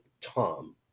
Tom